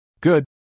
Good